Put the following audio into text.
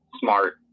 Smart